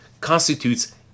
constitutes